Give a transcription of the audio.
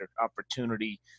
opportunity